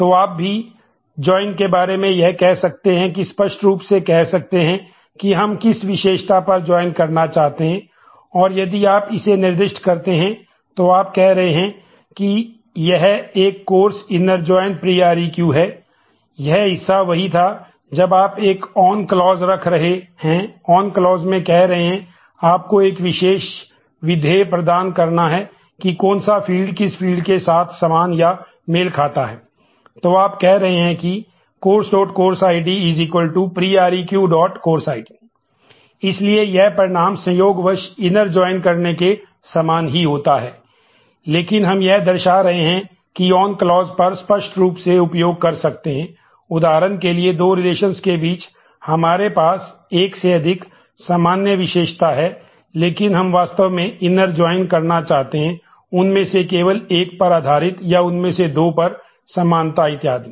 तो आप कह रहे हैं कि coursecourse id prereqcourse id इसलिए यह परिणाम संयोगवश इनर जॉइन करना चाहते हैं उनमें से केवल एक पर आधारित या उनमें से दो पर समानता इत्यादि